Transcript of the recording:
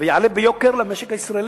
וזה יעלה ביוקר למשק הישראלי.